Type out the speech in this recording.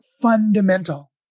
fundamental